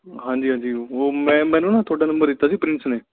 ਹਾਂਜੀ ਹਾਂਜੀ ਉਹ ਮੈਂ ਮੈਨੂੰ ਨਾ ਤੁਹਾਡਾ ਨੰਬਰ ਦਿੱਤਾ ਸੀ ਪ੍ਰਿੰਸ ਨੇ